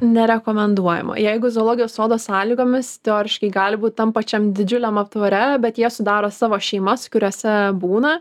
nerekomenduojama jeigu zoologijos sodo sąlygomis teoriškai gali būt tam pačiam didžiuliam aptvare bet jie sudaro savo šeimas kuriose būna